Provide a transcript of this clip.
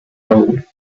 old